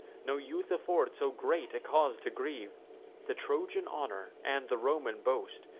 no youth afford so great a cause to grieve the trojan honor, and the roman boast,